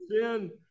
sin